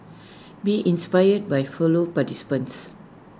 be inspired by follow participants